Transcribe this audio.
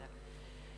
תודה.